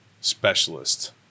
specialist